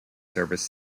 service